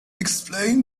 explain